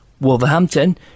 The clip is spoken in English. Wolverhampton